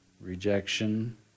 rejection